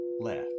left